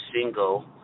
single